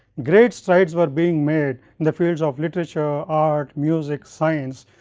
great strides were being made in the fields of literature, art, music, science,